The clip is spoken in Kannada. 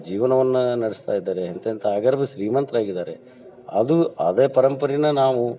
ಜೀವನವನ್ನು ನಡೆಸ್ತಾ ಇದ್ದಾರೆ ಎಂಥೆಂಥ ಆಗರ್ಭ ಶ್ರೀಮಂತ್ರು ಆಗಿದ್ದಾರೆ ಅದು ಅದೇ ಪರಂಪರಿನ ನಾವು